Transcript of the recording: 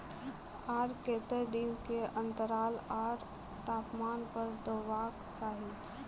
आर केते दिन के अन्तराल आर तापमान पर देबाक चाही?